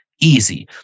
easy